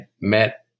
met